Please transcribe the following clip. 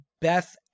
Beth